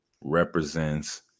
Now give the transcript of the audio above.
represents